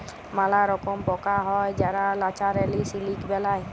ম্যালা রকম পকা হ্যয় যারা ল্যাচারেলি সিলিক বেলায়